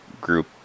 group